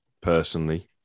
Personally